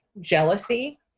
jealousy